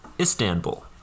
Istanbul